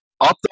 up